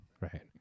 Right